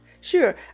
Sure